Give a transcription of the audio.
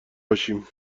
باشیم